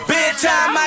Bedtime